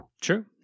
True